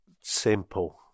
simple